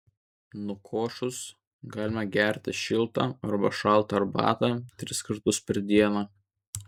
nukošus galima gerti šiltą arba šaltą arbatą tris kartus per dieną